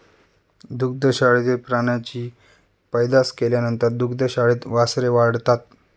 दुग्धशाळेतील प्राण्यांची पैदास केल्यानंतर दुग्धशाळेत वासरे वाढतात